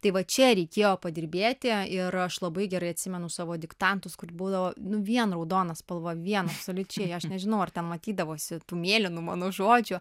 tai va čia reikėjo padirbėti ir aš labai gerai atsimenu savo diktantus kur būdavo nu vien raudona spalva vien absoliučiai aš nežinau ar tą matydavosi tų mėlynų mano žodžių